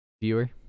viewer